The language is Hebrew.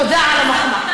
לא כל היושבים פה.